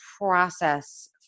process